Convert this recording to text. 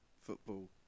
football